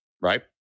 right